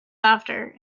after